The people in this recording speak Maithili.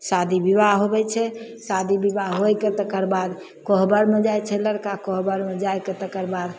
शादी बिबाह होबैत छै शादी बिबाह होइके तक्करबाद कोहबरमे जाइत छै लड़का कोहबरमे जाइके तेकरबाद